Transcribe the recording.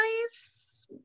nice